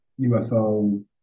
UFO